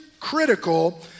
critical